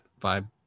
vibe